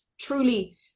truly